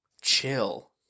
chill